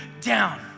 down